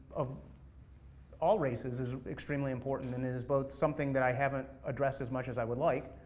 of all races, is extremely important, and is both something that i haven't addressed as much as i would like,